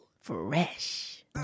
Fresh